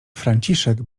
franciszek